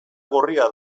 gorria